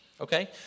okay